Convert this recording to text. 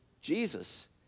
Jesus